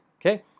okay